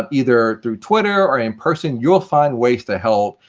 um either through twitter, or in person, you will find ways to help.